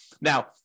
Now